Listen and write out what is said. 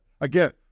again